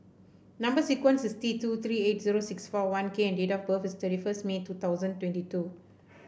number sequence is T two three eight zero six four one K and date of birth is thirty first May two thousand twenty two